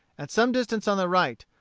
at some distance on the right,